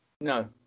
No